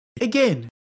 Again